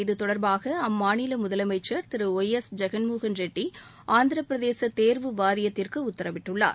இத்தொடர்பாக அம்மாநில முதலமைச்சர் திரு ஒய் எஸ் ஜெகன்மோகன் ரெட்டி ஆந்திரப்பிரதேஷ் தேர்வு வாரியத்திற்கு உத்தரவிட்டுள்ளார்